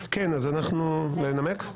חוק ומשפט): לנמק?